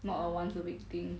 not a once a week thing